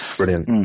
brilliant